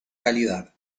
calidad